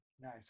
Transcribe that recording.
Nice